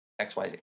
XYZ